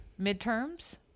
midterms